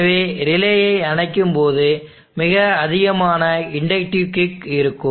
எனவே ரிலேயை அணைக்கும்போது மிக அதிகமான இண்டக்டிவ் கிக் இருக்கும்